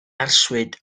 arswyd